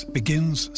begins